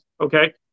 Okay